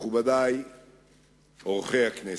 מכובדי אורחי הכנסת,